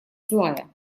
злая